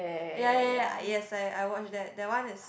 ya ya ya ah yes I I watched that that one is